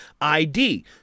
ID